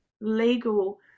legal